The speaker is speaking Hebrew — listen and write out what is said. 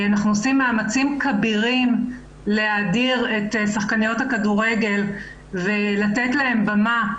אנחנו עושים מאמצים כבירים להאדיר את שחקניות הכדורגל ולתת להן במה.